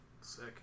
Sick